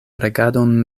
regadon